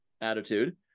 attitude